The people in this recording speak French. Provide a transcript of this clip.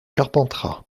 carpentras